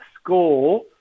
score